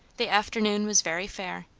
the afternoon was very fair,